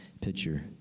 picture